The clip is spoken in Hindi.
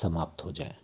समाप्त हो जाएं